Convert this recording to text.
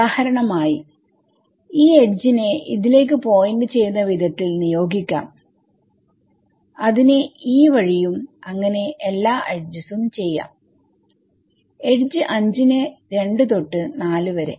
ഉദാഹരമായി ഈ എഡ്ജനെ ഇതിലേക്ക് പോയിന്റ് ചെയ്യുന്ന വിധത്തിൽ നിയോഗിക്കാം അതിനെ ഈ വഴിയും അങ്ങനെ എല്ലാ എഡ്ജും ചെയ്യാം എഡ്ജ് 5 നെ രണ്ട് തൊട്ട് 4 വരെ